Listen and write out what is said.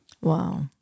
Wow